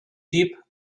deep